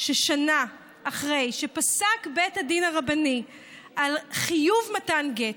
ששנה אחרי שפסק בית הדין הרבני על חיוב מתן גט,